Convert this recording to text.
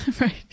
Right